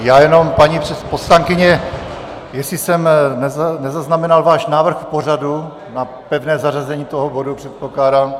Já jenom, paní poslankyně, jestli jsem nezaznamenal váš návrh k pořadu na pevné zařazení toho bodu, předpokládám.